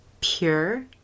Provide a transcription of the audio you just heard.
pure